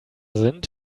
sind